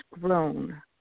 grown